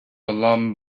alarmed